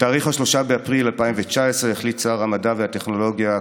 ב-3 באפריל 2019 החליט שר המדע והטכנולוגיה,